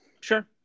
Sure